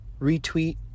retweet